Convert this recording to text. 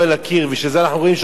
בשביל זה אנחנו אומרים שראש הממשלה,